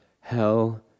hell